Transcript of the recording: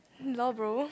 lol bro